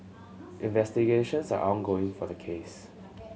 investigations are ongoing for the case